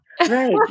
Right